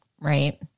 right